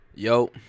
Yo